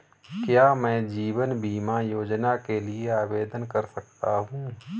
क्या मैं जीवन बीमा योजना के लिए आवेदन कर सकता हूँ?